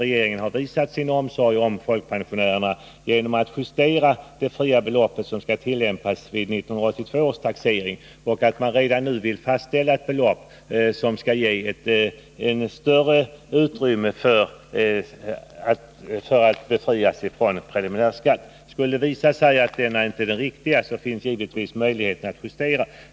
Regeringen har visat sin omsorg om folkpensionärerna genom att justera det fria belopp som skall tillämpas vid 1982 års taxering och genom att redan nu fastställa ett belopp som skall ge större utrymme för befrielse från preliminärskatt. Skulle det visa sig att preliminärskatten inte blir den riktiga finns givetvis möjlighet att justera den.